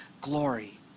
glory